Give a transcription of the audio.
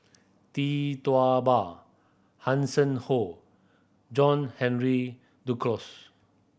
Tee Tua Ba Hanson Ho John Henry Duclos